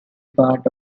part